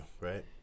right